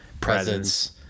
presence